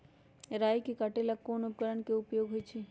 राई के काटे ला कोंन उपकरण के उपयोग होइ छई?